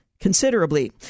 considerably